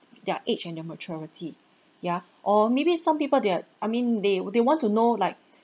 their age and their maturity yeah s~ or maybe some people they're I mean they they want to know like